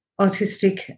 autistic